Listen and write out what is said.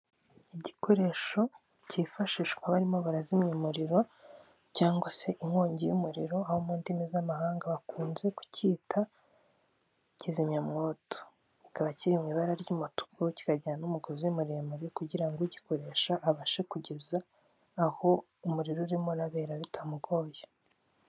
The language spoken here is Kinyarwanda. Igikoresho cyifashishwa barimo barazimya umuriro cyangwa se inkongi y'umuriro, aho mu ndimi z'amahanga bakunze kucyita kizimyamwoto, kikaba kiri mu ibara ry'umutuku, kikagira n'umugozi muremure kugira ngo ugikoresha abashe kugeza aho umuriro urimo urabera bitamugoye.